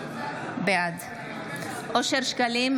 בעד אושר שקלים,